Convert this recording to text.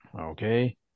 Okay